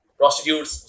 prostitutes